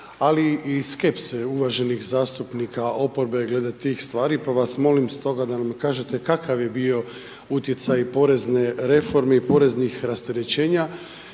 ali i skepse uvaženih zastupnika oporbe glede tih stvari, pa vas molim stoga da mi kažete kakav je bio utjecaj porezne reforme i poreznih rasterećenja,